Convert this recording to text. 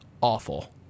awful